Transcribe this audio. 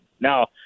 Now